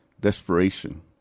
desperation